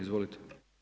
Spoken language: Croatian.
Izvolite.